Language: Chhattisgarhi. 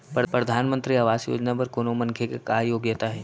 परधानमंतरी आवास योजना बर कोनो मनखे के का योग्यता हे?